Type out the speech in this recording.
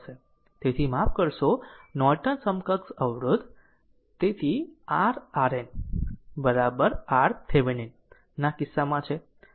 તેથી માફ કરશો નોર્ટન સમકક્ષ અવરોધ તેથી r RN RThevenin ના કિસ્સામાં છે